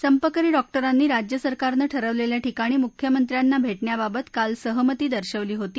संपकरी डॉक्टरांनी राज्य सरकार नं ठरवलेल्या ठिकाणी मुख्यमंत्र्याना भेटण्याबाबत काल सहमती दर्शवली होती